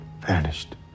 Vanished